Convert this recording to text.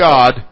God